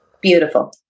Beautiful